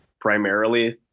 primarily